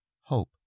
Hope